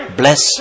bless